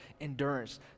endurance